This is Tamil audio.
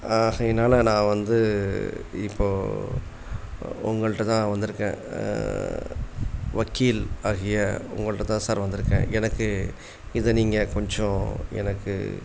ஆகையினால் நான் வந்து இப்போது உங்கள்கிட்ட தான் வந்திருக்கேன் வக்கீல் ஆகிய உங்கள்கிட்ட தான் சார் வந்திருக்கேன் எனக்கு இதை நீங்கள் கொஞ்சம் எனக்கு